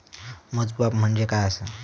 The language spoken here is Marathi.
मोजमाप म्हणजे काय असा?